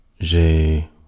J'ai